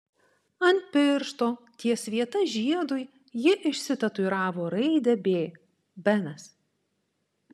ant piršto ties vieta žiedui ji išsitatuiravo raidę b benas